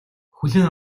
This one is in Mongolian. хүлээн